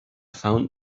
found